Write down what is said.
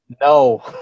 No